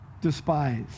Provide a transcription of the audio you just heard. despise